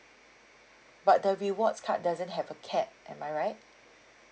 but the rewards card doesn't have a cap am I right